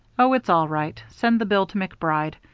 oh, it's all right. send the bill to macbride.